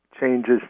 changes